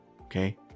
Okay